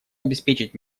обеспечить